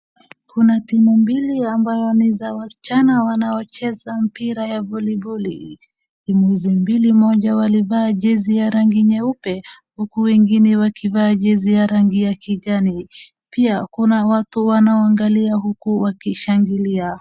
Kuna timu mbili ambayo ni za wasichana wanaocheza mpira ya voliboli, timu hizi mbili moja walivaa jezi ya rangi nyeupe huku wengine wakivaa jezi ya rangi ya kijani. Pia kuna watu wanaoangalia huku wakishangilia.